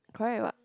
correct what